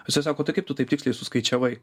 jisai sako tai kaip tu taip tiksliai suskaičiavai